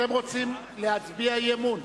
אתם רוצים להצביע על הצעת אי-אמון.